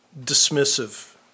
dismissive